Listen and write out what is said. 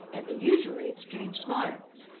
and they usually exchanged smiles.